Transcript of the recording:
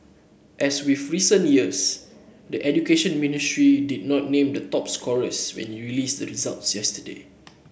as with recent years the Education Ministry did not name the top scorers when it released the results yesterday